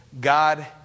God